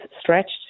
stretched